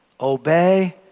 obey